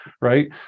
right